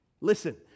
Listen